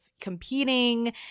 competing